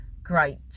Great